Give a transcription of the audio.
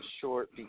short